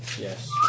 Yes